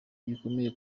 gikomeye